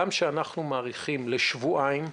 גם כשאנחנו מאריכים לשבועיים,